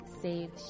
save